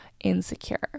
insecure